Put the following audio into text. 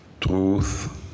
truth